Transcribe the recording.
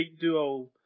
duo